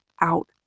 out